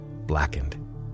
Blackened